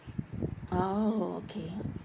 oh okay